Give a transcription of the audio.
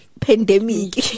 pandemic